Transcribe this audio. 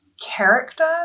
character